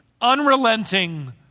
unrelenting